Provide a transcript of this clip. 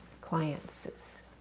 clients